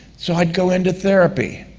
so i'd go into therapy.